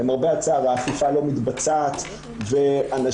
למרבה הצער האכיפה לא מתבצעת והנשים